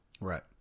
Right